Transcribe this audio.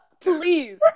please